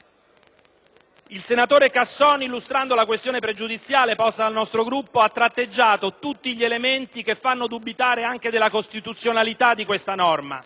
Il senatore Casson, illustrando la questione pregiudiziale posta dal nostro Gruppo, ha tratteggiato tutti gli elementi che fanno dubitare anche della costituzionalità di questa norma.